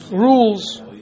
Rules